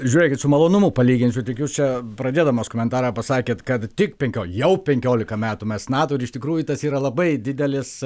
žiūrėkit su malonumu palyginsiu tik jūs čia pradėdamas komentarą pasakėt kad tik penkio jau penkiolika metų mes nato ir iš tikrųjų tas yra labai didelis